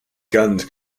guns